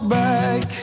back